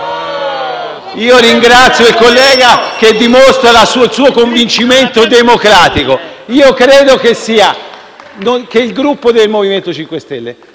Ringrazio il collega che dimostra il suo convincimento democratico. Credo che il Gruppo MoVimento 5 Stelle